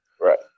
Right